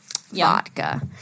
vodka